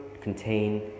contain